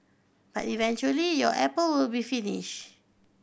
but eventually your apple will be finish